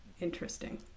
interesting